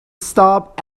stopped